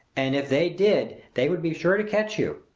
and if they did, they would be sure to catch you.